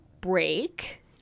break